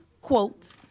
quote